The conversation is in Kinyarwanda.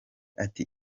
ati